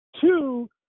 Two